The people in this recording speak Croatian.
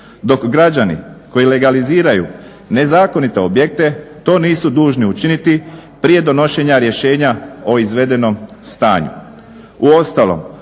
dok građani koji legaliziraju nezakonite objekte to nisu dužni učiniti prije donošenja rješenja o izvedenom stanju.